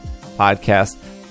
podcast